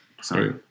Sorry